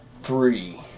Three